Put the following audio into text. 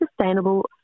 sustainable